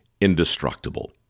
indestructible